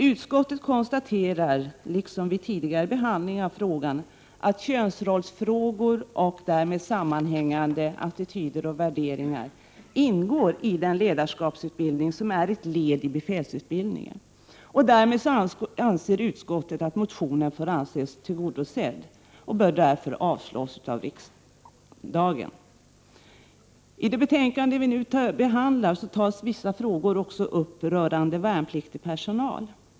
Utskottet konstaterar, liksom vid tidigare behandling av frågan, att utbildning i könsrollsfrågor och därmed sammanhängande attityder och värderingar ingår i den ledarskapsutbildning som är ett led i befälsutbildningen. Utskottet anser därmed att motionskraven får anses tillgodosedda, och den bör därför avslås av riksdagen. I det betänkande vi nu behandlar tas också upp vissa frågor rörande värnpliktig personal.